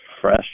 fresh